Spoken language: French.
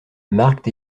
mark